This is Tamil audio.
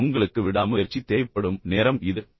எனவே உங்களுக்கு விடாமுயற்சி தேவைப்படும் நேரம் இது